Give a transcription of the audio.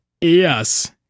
Yes